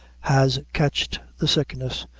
has catched the sickness,